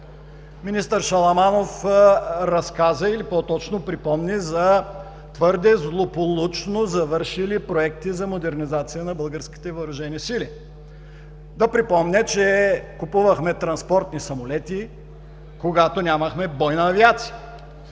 Министър Шаламанов разказа, или по-точно припомни, за твърде злополучно завършили проекти за модернизация на българските въоръжени сили. Ще припомня, че купувахме транспортни самолети, когато нямахме бойна авиация.